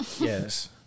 Yes